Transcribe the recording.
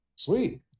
Sweet